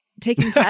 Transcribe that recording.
taking